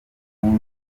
mpuze